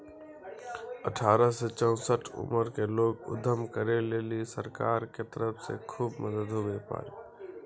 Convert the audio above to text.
अठारह से चौसठ उमर के लोग उद्यम करै लेली सरकार के तरफ से खुब मदद हुवै पारै